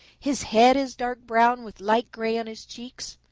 his head is dark brown with light gray on his cheeks.